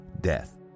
death